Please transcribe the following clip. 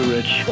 Rich